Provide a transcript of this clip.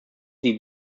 die